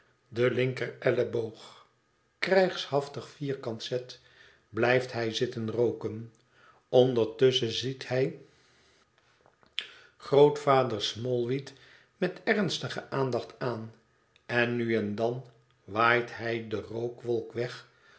den linkerelleboog krijgshaftig vierkant zet blijft hij zitten rooken ondertusschen ziet hij grootvader smallweed met ernstige aandacht aan en nu en dan waait hij de rookwolk weg